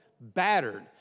battered